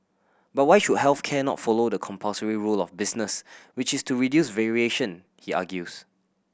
but why should health care not follow the compulsory rule of business which is to reduce variation he argues